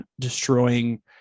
destroying